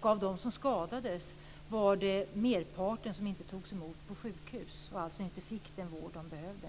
Av dem som skadades togs merparten inte emot på sjukhus, så de fick alltså inte den vård som de behövde.